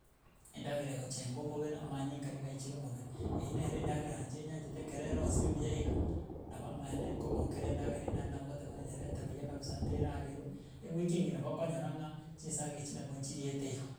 Endagera egochenga omobere, amanyinga niga aichire omobere. Eye nere endagera inche nyanchete ekero erosiri buya igo, nabo amaene nkogokera endagera eywo, naende nabo ngoteba ng'a nyerete buya kabisa naende eragerwe, ewiki engima nabo okonyora ng'a, chinsaga echi nabo nchiriete igo.